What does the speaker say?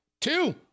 two